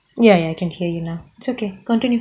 ya ya I can hear you now it's okay continue